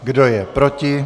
Kdo je proti?